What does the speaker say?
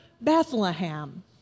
Bethlehem